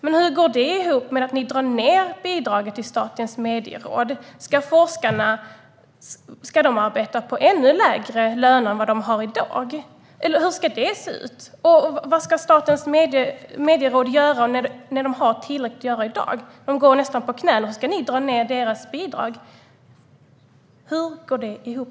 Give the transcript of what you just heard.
Men hur går det ihop med att ni drar ned bidraget till Statens medieråd? Ska forskarna arbeta för ännu lägre löner än de har i dag? Eller hur ska det se ut? Och hur ska Statens medieråd göra med tanke på att de har tillräckligt att göra i dag? De går nästan på knäna, och så ska ni dra ned deras bidrag. Hur går det ihop?